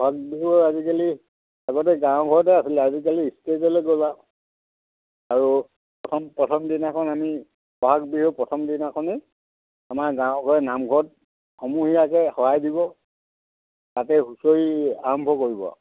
বহাগ বিহু আজিকালি আগতে গাঁৱৰ ঘৰতে আছিলে আজিকালি ষ্টেজলৈ গ'ল আ আৰু প্ৰথম প্ৰথম দিনাখন আমি বহাগ বিহু প্ৰথম দিনাখনেই আমাৰ গাঁও ঘৰে নামঘৰত সমূহীয়াকৈ শৰাই দিব তাতে হুঁচৰি আৰম্ভ কৰিব